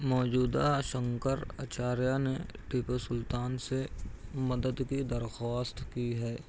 موجودہ شنکر اچاریہ نے ٹیپو سلطان سے مدد کی درخواست کی ہے